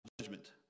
judgment